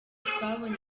twabonye